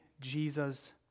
Jesus